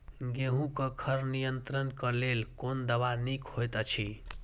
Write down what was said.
गेहूँ क खर नियंत्रण क लेल कोन दवा निक होयत अछि?